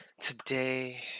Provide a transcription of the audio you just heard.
today